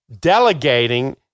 delegating